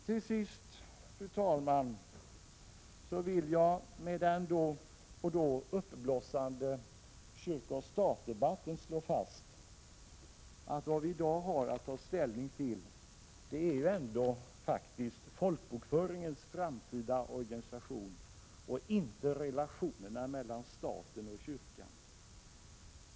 Till sist, fru talman, vill jag till den då och då uppblossande kyrka-statdebatten slå fast att vad vi i dag har att ta ställning till faktiskt är folkbokföringens framtida organisation och inte relationerna mellan staten och kyrkan.